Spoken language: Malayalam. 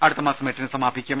അടുത്തമാസം എട്ടിന് സമാപിക്കും